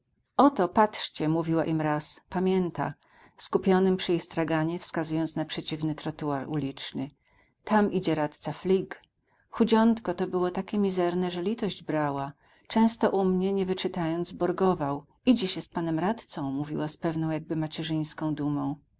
oto patrzcie mówiła im raz pamięta skupionym przy jej straganie wskazując na przeciwny trotuar uliczny tam idzie radca flig chudziątko to było takie mizerne że litość brała często u mnie niewyczytając borgował i dziś jest panem radcą mówiła z pewną jakby macierzyńską dumą